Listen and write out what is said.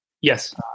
Yes